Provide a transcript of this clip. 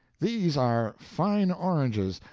these are fine oranges.